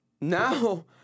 now